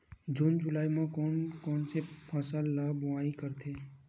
जून जुलाई म कोन कौन से फसल ल बोआई करथे?